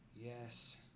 Yes